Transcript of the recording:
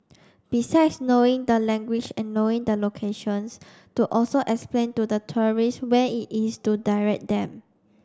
besides knowing the language and knowing the locations to also explain to the tourists where it is to direct them